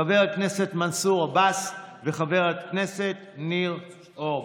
חבר הכנסת מנסור עבאס וחבר הכנסת ניר אורבך.